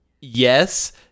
yes